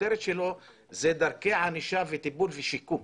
הכותרת שלו זה דרכי ענישה, טיפול ושיקום.